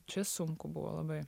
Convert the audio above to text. čia sunku buvo labai